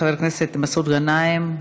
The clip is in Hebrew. חבר הכנסת מסעוד גנאים,